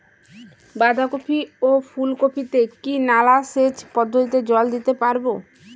বাধা কপি ও ফুল কপি তে কি নালা সেচ পদ্ধতিতে জল দিতে পারবো?